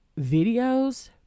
videos